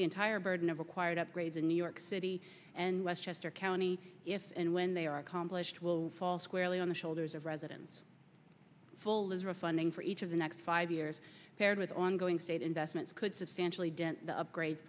entire burden of required upgrades in new york city and westchester county if and when they are accomplished will fall squarely on the shoulders of residents full is refunding for each of the next five years paired with ongoing state investments could substantially dent the upgrade